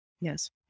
Yes